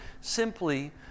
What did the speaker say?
simply